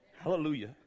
Hallelujah